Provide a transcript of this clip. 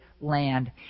land